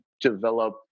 develop